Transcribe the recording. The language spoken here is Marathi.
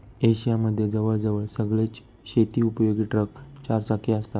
एशिया मध्ये जवळ जवळ सगळेच शेती उपयोगी ट्रक चार चाकी असतात